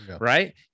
right